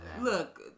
Look